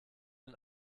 den